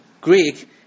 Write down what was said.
Greek